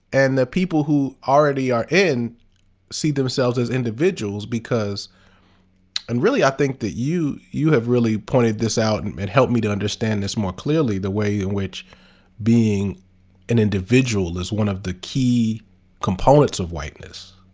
and the people who already are in see themselves as individuals, because and really, i think that you you have really pointed this out and it helped me to understand this more clearly, the way in which being an individual is one of the key components of whiteness.